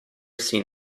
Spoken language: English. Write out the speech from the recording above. seen